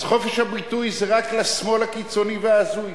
אז, חופש הביטוי זה רק לשמאל הקיצוני וההזוי.